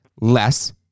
less